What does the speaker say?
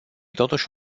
totuși